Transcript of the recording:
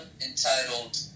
entitled